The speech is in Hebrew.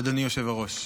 אדוני היושב-ראש,